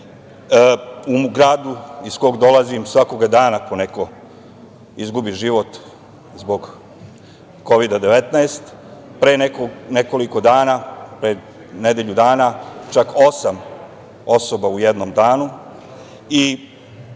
U gradu iz koga dolazim svakoga dana po neko izgubi život zbog Kovida 19. Pre nekoliko dana, pre nedelju dana, čak osam osoba u jednom danu.